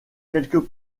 quelques